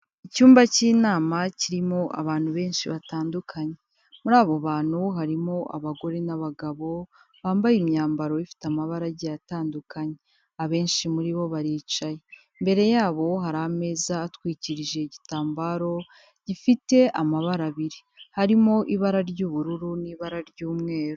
Icyumba cy'inama kirimo abantu benshi batandukanye, muri abo bantu harimo abagore n'abagabo bambaye imyambaro ifite amabara agiye atandukanye, abenshi muri bo baricaye, imbere yabo hari ameza atwikirije igitambaro gifite amabara abiri harimo ibara ry'ubururu n'ibara ry'umweru.